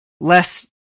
less